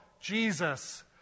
Jesus